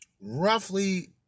roughly